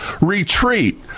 retreat